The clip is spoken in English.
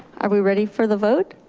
are we ready for the vote?